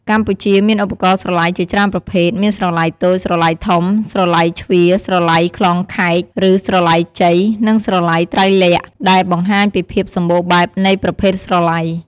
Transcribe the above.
កម្ពុជា មានឧបករណ៍ស្រឡៃជាច្រើនប្រភេទ មានស្រឡៃតូច ស្រឡៃធំ ស្រឡៃជ្វា ស្រឡៃក្លងខែក ឬ ស្រឡៃជ័យ និងស្រឡៃត្រៃលក្ខណ៍ ដែលបង្ហាញពីភាពសម្បូរបែបនៃប្រភេទស្រឡៃ។